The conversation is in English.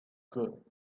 good